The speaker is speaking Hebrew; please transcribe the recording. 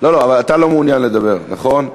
אבל אתה לא מעוניין לדבר, נכון?